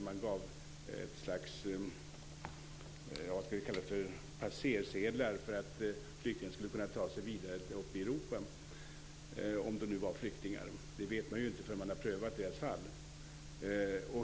Man gav ett slags passersedlar för att flyktingarna skulle kunna ta sig vidare in i Europa, om de nu var flyktingar. Det vet man ju inte förrän man har prövat deras fall.